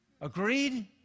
Agreed